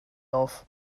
auf